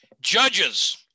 judges